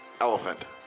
Elephant